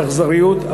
לאכזריות,